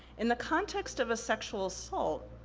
in the context of a sexual assault,